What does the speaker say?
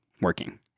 working